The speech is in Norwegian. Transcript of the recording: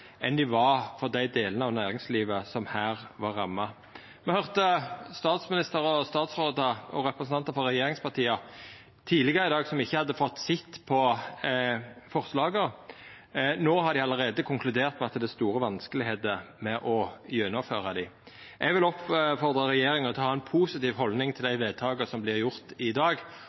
enn av dei delane av næringslivet som her var ramma. Me høyrde tidlegare i dag at statsministeren og statsrådar og representantar frå regjeringspartia ikkje hadde fått sett på forslaga. No har dei allereie konkludert med at det er store vanskar med å gjennomføra dei. Eg vil oppfordra regjeringa til å ha ei positiv haldning til dei vedtaka som vert gjorde i dag,